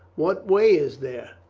what way is there?